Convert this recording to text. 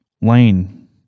Lane